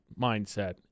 mindset